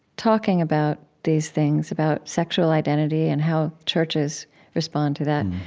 talking about these things, about sexual identity and how churches respond to that,